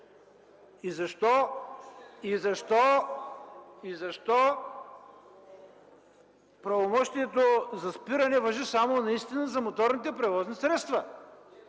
Защо правомощието за спиране важи само наистина за моторните превозни средства?